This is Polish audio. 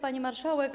Pani Marszałek!